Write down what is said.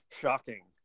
shocking